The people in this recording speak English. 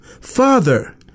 Father